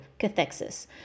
cathexis